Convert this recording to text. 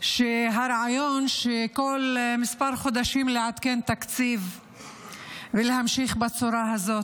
שזה רעיון טוב שבכל כמה חודשים יעודכן תקציב ונמשיך בצורה הזאת.